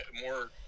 More